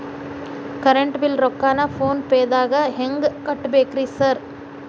Current bill ರೊಕ್ಕಾನ phone ಪೇದಾಗ ಹೆಂಗ್ ಕಟ್ಟಬೇಕ್ರಿ ಸರ್?